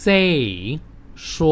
Say说